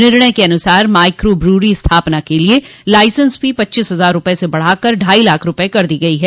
निर्णय के अनुसार माइक्रो ब्रिवरी स्थापना के लिये लाइसेंस फीस पच्चीस हजार रूपये से बढ़ा कर ढाई लाख रूपये कर दी गई है